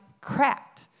cracked